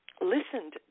listened